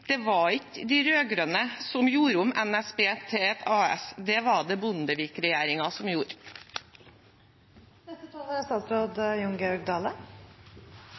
Det var ikke de rød-grønne som gjorde om NSB til et AS, det var det Bondevik-regjeringen som gjorde. Det er